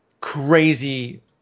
Crazy